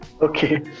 Okay